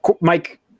Mike